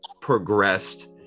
progressed